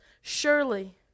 Surely